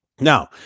Now